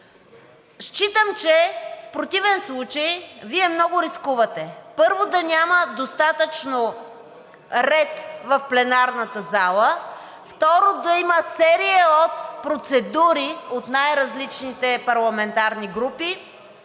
Считам, че в противен случай Вие много рискувате – първо, да няма достатъчно ред в пленарната зала; второ, да има серия от процедури от най-различните парламентарни групи;